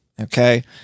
okay